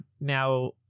now